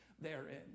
therein